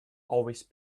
always